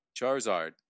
Charizard